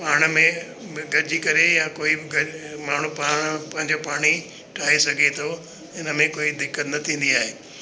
पाण में गॾिजी करे या कोई बि माण्हू पाण पंहिंजो पाण ई ठाहे सघे थो इन में कोई दिक़त न थींदी आहे